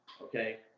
okay